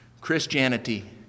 Christianity